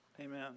Amen